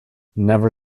never